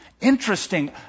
Interesting